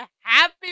happy